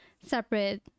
separate